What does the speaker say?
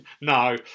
No